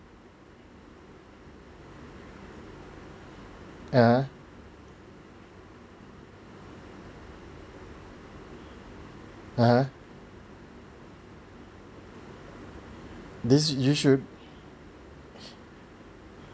(uh huh) (uh huh) this you should